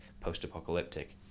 post-apocalyptic